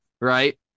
right